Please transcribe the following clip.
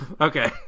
okay